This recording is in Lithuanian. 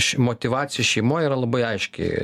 ši motyvacija šeimoj yra labai aiški